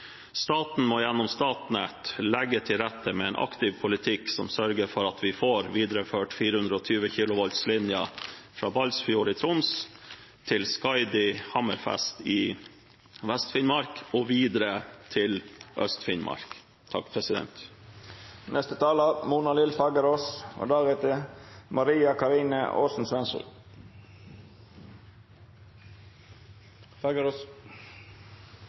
Staten må gjennom Statnett legge til rette med en aktiv politikk som sørger for at vi får videreført 420 kV-linjen fra Balsfjord i Troms til Skaidi–Hammerfest i Vest-Finnmark og videre til